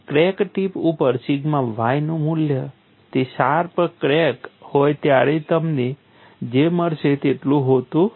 crack tip ઉપર sigma y નું મૂલ્ય તે શાર્પ ક્રેક હોય ત્યારે તમને જે મળશે તેટલું હોતું નથી